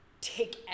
take